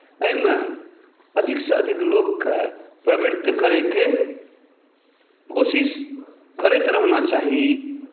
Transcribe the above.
एहिमे अधिकसँ अधिक लोककेँ प्रवृत करैके कोशिश करैत रहना चाही